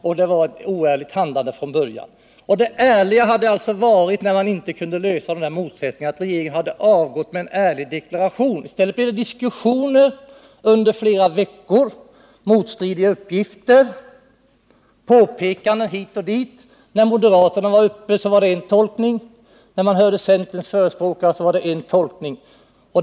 Det var ett oärligt handlande. När man inte kunde lösa motsättningarna borde regeringen ha avgått med en ärlig deklaration. I stället blev det diskussioner under flera veckor, motstridiga uppgifter, påpekanden hit och dit. Moderaterna gjorde en tolkning, centerns förespråkare gjorde en annan tolkning.